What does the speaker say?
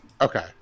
Okay